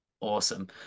Awesome